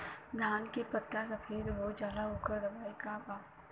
धान के पत्ता सफेद हो जाला ओकर दवाई का बा?